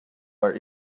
are